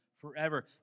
forever